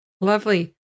Lovely